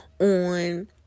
on